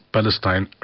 Palestine